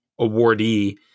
awardee